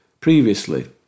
previously